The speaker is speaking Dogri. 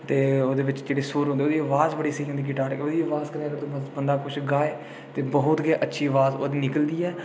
ते ओह्दे बिच जेह्ड़े सुर होंदे ओह्दी आवाज़ बड़ी स्हेई होंदी गिटार कन्नै ते ओह्दी अवाज़ कन्नै बंदा कुछ गाओ ते बहुत गै अच्छी आवाज़ ओह्दी निकलदी ऐ